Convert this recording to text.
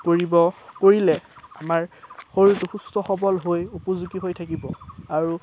কৰিব কৰিলে আমাৰ শৰীৰটো সুস্থ সবল হৈ উপযোগী হৈ থাকিব আৰু